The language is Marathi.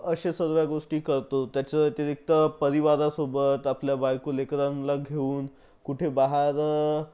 अशा सर्व गोष्टी करतो त्याच्या व्यतिरिक्त परिवारासोबत आपल्या बायको लेकरांना घेऊन कुठे बाहेर